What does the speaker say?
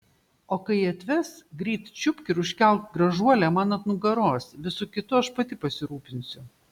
o kai atves greit čiupk ir užkelk gražuolę man ant nugaros visu kitu aš pati pasirūpinsiu